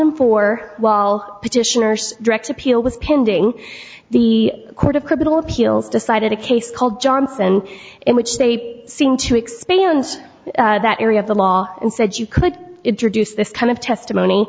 and four while petitioner's direct appeal was pending the court of criminal appeals decided a case called johnson in which they seem to expand that area of the law and said you could introduce this kind of testimony